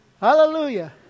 Hallelujah